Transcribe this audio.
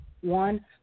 one